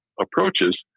approaches